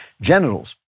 genitals